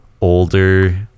older